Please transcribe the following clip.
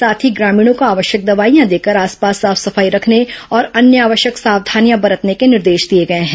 साथ ही ग्रामीणों को आवश्यक दवाईयां देकर आसपास साफ सफाई रखने और अन्य आवश्यक सावधानियां बरतने को निर्देश दिए गए हैं